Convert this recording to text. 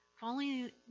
following